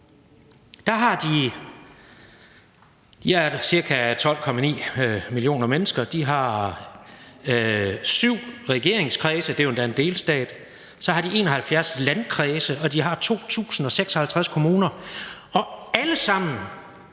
er der ca. 12,9 millioner mennesker, og de har syv regeringskredse – det er endda en delstat – og så har de 71 landkredse, og de har 2.056 kommuner. Alle sammen